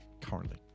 currently